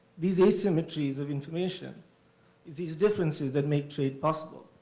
these asymmetries of information is these differences that make trade possible.